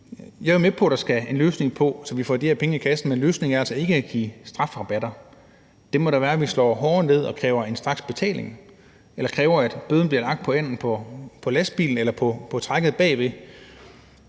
Jeg er med på, at der skal komme en løsning, så vi får de her penge i kassen, men løsningen er altså ikke at give strafrabatter. Løsningen må da være, at vi slår hårdere ned og kræver en straksbetaling eller kræver, at bøden bliver lagt enten på lastbilen eller på trækket bagved.